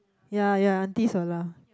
ya ya aunties will laugh